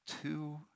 Two